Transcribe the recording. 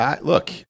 look